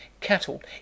cattle